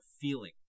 feeling